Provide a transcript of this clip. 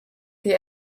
die